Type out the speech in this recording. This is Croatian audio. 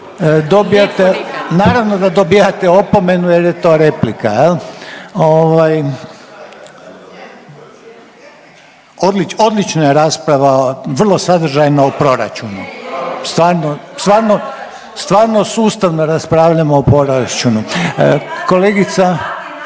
zaustaviti? Naravno da dobijate opomenu, jer je to replika. Odlično je rasprava, vrlo sadržajna o proračunu. Stvarno sustavno raspravljamo o proračunu. …/Upadica